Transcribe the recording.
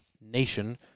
nation